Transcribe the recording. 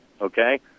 Okay